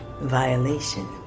violation